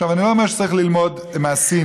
אני לא אומר שצריך ללמוד מהסינים,